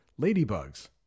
ladybugs